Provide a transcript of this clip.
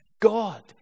God